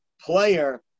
player